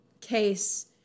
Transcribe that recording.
case